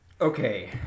Okay